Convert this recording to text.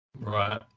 Right